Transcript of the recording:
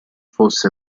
fosse